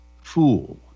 fool